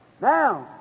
Now